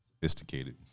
Sophisticated